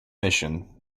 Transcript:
mission